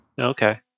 Okay